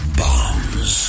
bombs